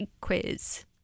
quiz